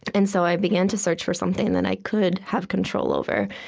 and so i began to search for something that i could have control over.